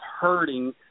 hurting